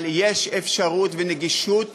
אבל יש אפשרות ונגישות